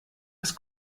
das